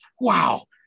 wow